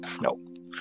nope